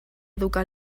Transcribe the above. educar